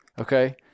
Okay